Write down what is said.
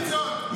דוידסון,